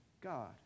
God